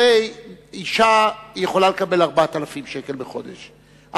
הרי אשה יכולה לקבל 4,000 שקל בחודש,